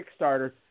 Kickstarter